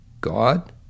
God